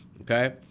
okay